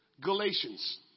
Galatians